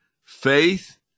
faith